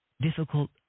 difficult